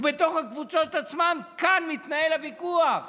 בתוך הקבוצות עצמן כאן מתנהל הוויכוח